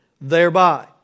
thereby